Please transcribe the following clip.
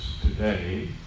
today